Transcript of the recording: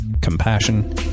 compassion